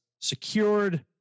secured